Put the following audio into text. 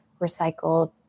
recycled